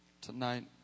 tonight